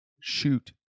shoot